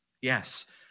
Yes